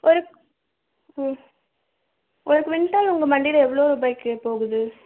ஒரு ம் ஒரு குவிண்ட்டால் உங்கள் மண்டியில் எவ்வளோ ரூபாய்க்கு போகுது